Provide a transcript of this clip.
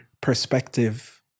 perspective